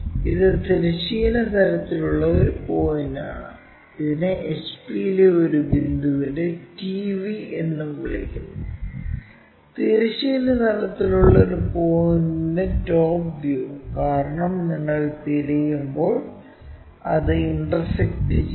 ഇത് തിരശ്ചീന തലത്തിലുള്ള ഒരു പോയിന്റാണ് ഇതിനെ HP യിലെ ഒരു ബിന്ദുവിന്റെ TV എന്നും വിളിക്കുന്നു തിരശ്ചീന തലത്തിലുള്ള ഒരു പോയിന്റൻറെ ടോപ് വ്യൂ കാരണം നിങ്ങൾ തിരയുമ്പോൾ അത് ഇന്റർസെക്ക്ട് ചെയ്യുന്നു